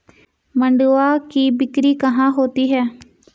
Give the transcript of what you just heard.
मंडुआ की बिक्री कहाँ होती है?